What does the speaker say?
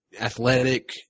athletic